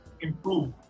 improve